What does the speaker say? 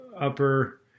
upper